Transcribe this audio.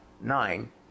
nine